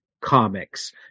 comics